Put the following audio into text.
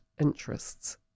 interests